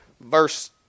Verse